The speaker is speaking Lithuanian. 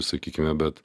sakykime bet